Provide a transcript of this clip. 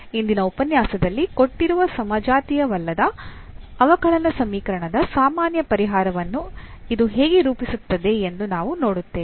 ಇಂದಿನ ಉಪನ್ಯಾಸದಲ್ಲಿ ಕೊಟ್ಟಿರುವ ಸಮಜಾತೀವಲ್ಲದ ಅವಕಲನ ಸಮೀಕರಣದ ಸಾಮಾನ್ಯ ಪರಿಹಾರವನ್ನು ಇದು ಹೇಗೆ ರೂಪಿಸುತ್ತದೆ ಎಂದು ನಾವು ನೋಡುತ್ತೇವೆ